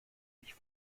mich